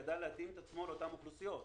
ידע להתאים את עצמו לאותן אוכלוסיות.